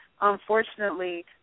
Unfortunately